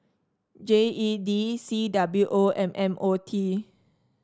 G E D C W O and M O T